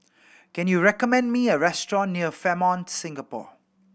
can you recommend me a restaurant near Fairmont Singapore